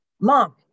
Mom